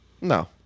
No